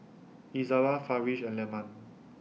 Izara Farish and Leman